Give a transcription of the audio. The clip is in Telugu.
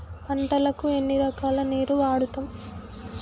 పంటలకు ఎన్ని రకాల నీరు వాడుతం?